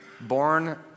born